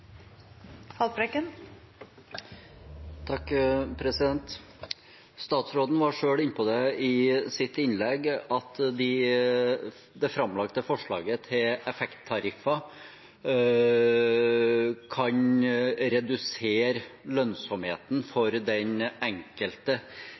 Statsråden var i sitt innlegg inne på at det framlagte forslaget til effekttariffer kan redusere lønnsomheten